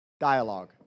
Dialogue